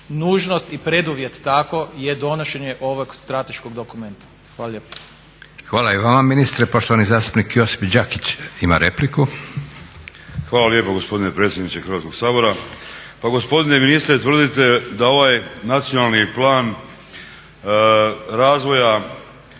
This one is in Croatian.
Nužnost i preduvjet tako je donošenje ovog strateškog dokumenta. Hvala lijepo. **Leko, Josip (SDP)** Hvala i vama ministre. Poštovani zastupnik Josip Đakić ima repliku. **Đakić, Josip (HDZ)** Hvala lijepo gospodine predsjedniče Hrvatskog sabora. Pa gospodine ministre, tvrdite da ovaj Nacionalni plan razvoja